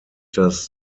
das